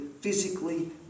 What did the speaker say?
physically